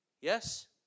Yes